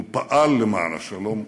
הוא פעל למען השלום,